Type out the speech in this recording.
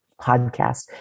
Podcast